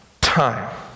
time